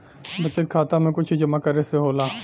बचत खाता मे कुछ जमा करे से होला?